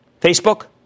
Facebook